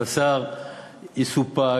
הבשר יסופק,